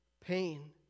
pain